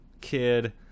kid